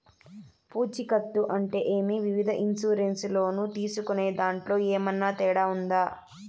పూచికత్తు అంటే ఏమి? వివిధ ఇన్సూరెన్సు లోను తీసుకునేదాంట్లో ఏమన్నా తేడా ఉందా?